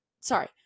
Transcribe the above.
sorry